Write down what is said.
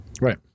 right